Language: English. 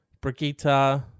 Brigitte